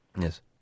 Yes